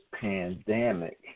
pandemic